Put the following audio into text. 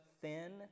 thin